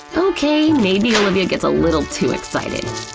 okay, maybe olivia gets a little too excited,